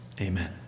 Amen